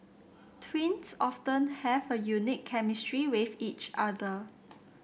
twins often have a unique chemistry with each other